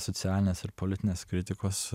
socialinės ir politinės kritikos